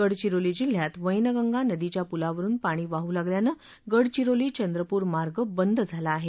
गडचिरोली जिल्ह्यात वैनगंगा नदीच्या पुलावरून पाणी वाहू लागल्यानं गडचिरोली चंद्रपूर मार्ग बंद झाला आहे